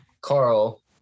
Carl